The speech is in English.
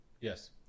Yes